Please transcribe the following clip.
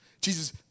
Jesus